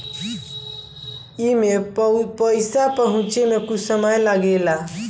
एईमे पईसा पहुचे मे कुछ समय लागेला